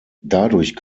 dadurch